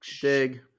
Dig